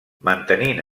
mantenint